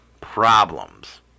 problems